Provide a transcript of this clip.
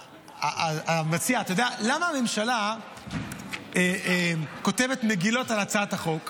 שהמציע, למה הממשלה כותבת מגילות על הצעת החוק?